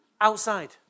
outside